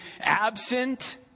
absent